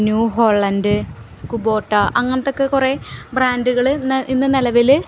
new Holland Kubota അങ്ങനത്തെയൊക്കെ കുറേ ബ്രാൻഡുകള് ഇന്ന് ഇന്നു നിലവില്